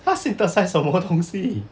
他 synthesise 什么东西